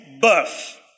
birth